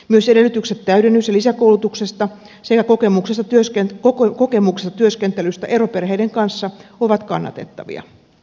myös edellytykset täydennys ja lisäkoulutuksesta sekä kokemuksesta eroperheiden kanssa työskentelystä ovat kannatettavia